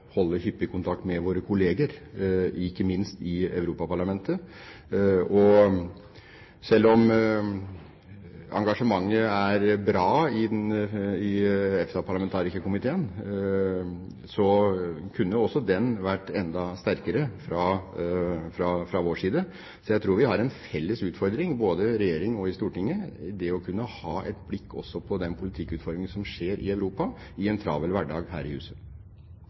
hyppig kontakt med våre kollegaer, ikke minst i Europaparlamentet. Og selv om engasjementet er bra i EFTA-parlamentarikerkomiteen, kunne det vært enda sterkere fra vår side. Så jeg tror vi har en felles utfordring, både i regjeringen og i Stortinget, i det å ha et blikk også på den politikkutformingen som skjer i Europa, i en travel hverdag her i huset.